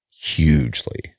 Hugely